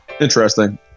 Interesting